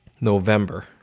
November